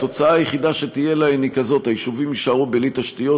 התוצאה היחידה שתהיה להן היא כזאת: היישובים יישארו בלי תשתיות,